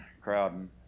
crowding